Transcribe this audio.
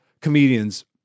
comedians